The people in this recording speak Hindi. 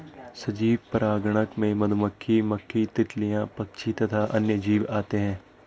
सजीव परागणक में मधुमक्खी, मक्खी, तितलियां, पक्षी तथा अन्य जीव आते हैं